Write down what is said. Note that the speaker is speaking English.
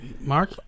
Mark